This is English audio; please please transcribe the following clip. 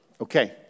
Okay